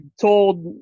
told